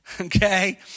Okay